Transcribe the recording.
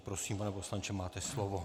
Prosím, pane poslanče, máte slovo.